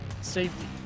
safety